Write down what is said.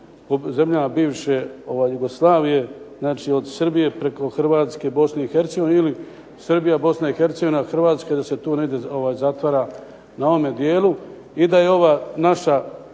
zemljama bivše Jugoslavije, znači od Srbije preko Hrvatske, Bosne i Hercegovine ili Srbija, Bosna i Hercegovina, Hrvatska i da se tu negdje zatvara na ovome dijelu. I da je ova naša